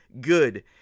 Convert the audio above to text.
good